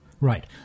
Right